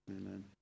Amen